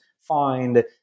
find